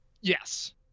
Yes